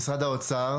משרד האוצר,